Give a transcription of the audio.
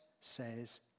says